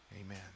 Amen